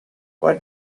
what